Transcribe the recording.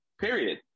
period